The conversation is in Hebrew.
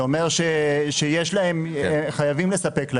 זה אומר שחייבים לספק.